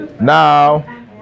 Now